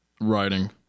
writing